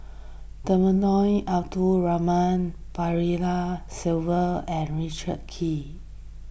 Temenggong Abdul Rahman Balaji and Richard Kee